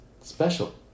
special